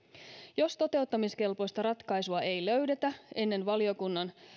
jos toteuttamiskelpoista ratkaisua ei löydetä ennen valiokunnan